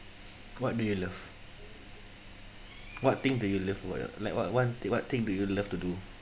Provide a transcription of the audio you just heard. what do you love what thing do you live about your like what one thing one thing do you love to do